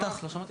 לא שמעתי.